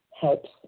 helps